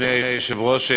אדוני היושב-ראש,